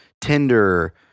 Tinder